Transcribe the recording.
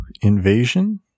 Invasion